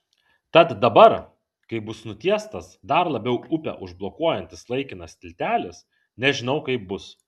tad dabar kai bus nutiestas dar labiau upę užblokuojantis laikinas tiltelis nežinau kaip bus